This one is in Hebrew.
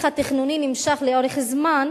התהליך התכנוני נמשך לאורך זמן,